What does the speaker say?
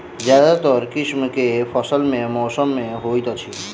ज्यादातर किसिम केँ फसल केँ मौसम मे होइत अछि?